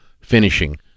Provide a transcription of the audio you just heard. finishing